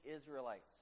Israelites